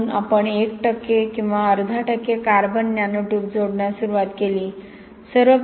म्हणून आपण1 टक्के किंवा अर्धा टक्के कार्बन नॅनो ट्यूब जोडण्यास सुरुवात केली